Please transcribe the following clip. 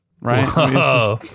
right